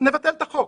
נבטל את החוק.